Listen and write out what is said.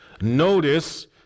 notice